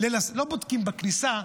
לסעודה.